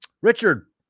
Richard